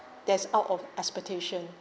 that's out of expectation